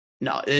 No